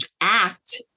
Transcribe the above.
act